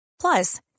Plus